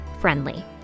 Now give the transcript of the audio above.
friendly